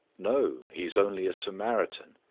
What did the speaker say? no, he is only a samaritan.